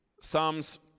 Psalms